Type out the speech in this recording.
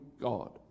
God